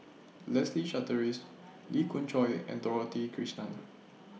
Leslie Charteris Lee Khoon Choy and Dorothy Krishnan